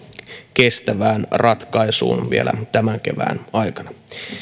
kestävään ratkaisuun vielä tämän kevään aikana